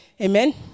Amen